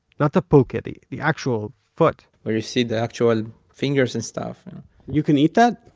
not the pulke, the the actual foot where you see the actual fingers and stuff you can eat that?